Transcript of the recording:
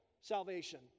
salvation